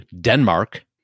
denmark